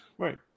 Right